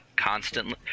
Constantly